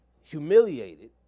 humiliated